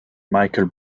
michael